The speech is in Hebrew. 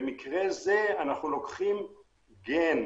במקרה זה אנחנו לוקחים גן